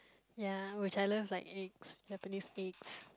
ya which I loved like eggs Japanese eggs